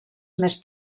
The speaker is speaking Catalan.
més